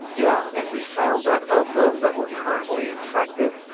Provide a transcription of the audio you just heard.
yeah and we found that of those that were currently infected,